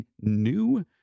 new